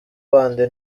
bandi